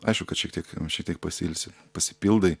aišku kad šiek tiek šitiek pasiilsi pasipildai